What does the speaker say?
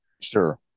Sure